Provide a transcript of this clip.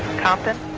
compton.